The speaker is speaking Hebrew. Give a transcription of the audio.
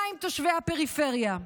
מה עם תושבי הפריפריה?